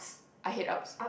I head ups